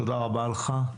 תודה רבה לך.